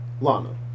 Lana